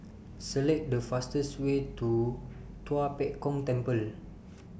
Select The fastest Way to Tua Pek Kong Temple